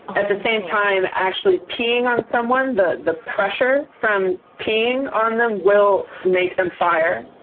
at the same time, actually peeing on someone, the the pressure from peeing on them will make them fire.